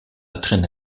attraits